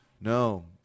No